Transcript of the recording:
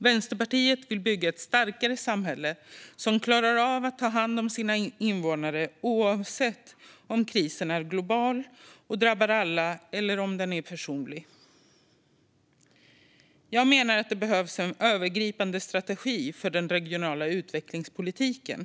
Vänsterpartiet vill bygga ett starkare samhälle som klarar av att ta hand om sina invånare oavsett om krisen är global och drabbar alla eller är personlig. Jag menar att det behövs en övergripande strategi för den regionala utvecklingspolitiken.